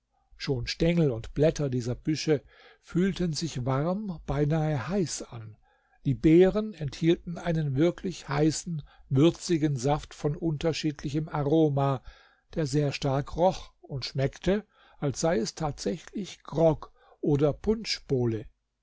schon stengel und blätter dieser büsche fühlten sich warm beinahe heiß an die beeren enthielten einen wirklich heißen würzigen saft von unterschiedlichem aroma der sehr stark roch und schmeckte als sei es tatsächlich grog oder punschbowle